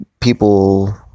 People